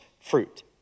fruit